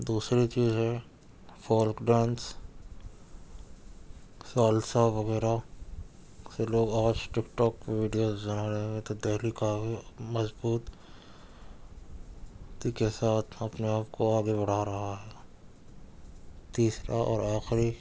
دوسری چیز ہے فولک ڈانس سالسا وغیرہ بہت سے لوگ آج ٹک ٹاک ویڈیوز بنا رہے ہیں تو دہلی کافی مضبوطی کے ساتھ اپنے آپ کو آگے بڑھا رہا ہے تیسرا اور آخری